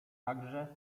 także